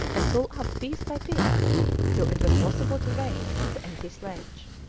and pull up piece by piece till it was possible to raise the empty sledge.